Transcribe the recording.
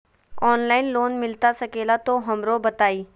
Online loan मिलता सके ला तो हमरो बताई?